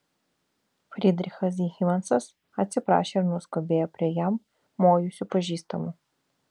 frydrichas hymansas atsiprašė ir nuskubėjo prie jam mojusių pažįstamų